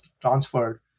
transferred